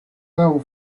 leo